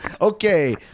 okay